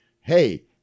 hey